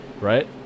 Right